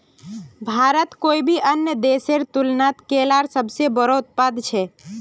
भारत कोई भी अन्य देशेर तुलनात केलार सबसे बोड़ो उत्पादक छे